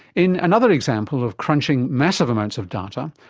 in another example of crunching massive amounts of data,